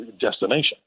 destination